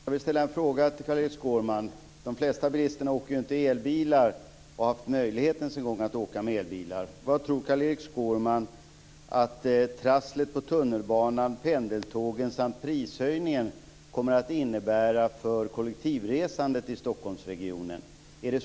Fru talman! Jag vill ställa en fråga till Carl-Erik Skårman. De flesta bilister åker inte med elbilar eller har ens haft möjlighet att åka med elbilar. Vad tror Carl-Erik Skårman att trasslen på tunnelbanan, pendeltågen samt prishöjningen kommer att innebära för kollektivresandet i Stockholmsregionen?